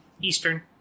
Eastern